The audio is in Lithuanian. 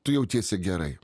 tu jautiesi gerai